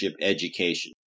education